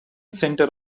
center